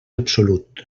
absolut